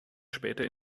später